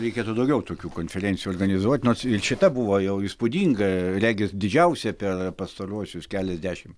reikėtų daugiau tokių konferencijų organizuoti nors šita buvo jau įspūdinga regis didžiausia per pastaruosius keliasdešimt